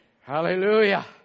Hallelujah